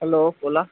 hello बोला